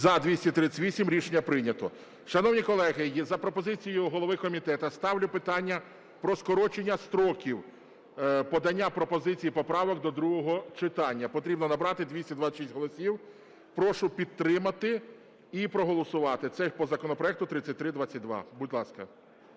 За-238 Рішення прийнято. Шановні колеги, за пропозицією голови комітету ставлю питання про скорочення строків подання пропозицій і поправок до другого читання. Потрібно набрати 226 голосів. Прошу підтримати і проголосувати. Це по законопроекту 3322. Будь ласка.